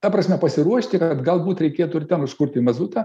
ta prasme pasiruošti kad galbūt reikėtų ir ten užkurti mazutą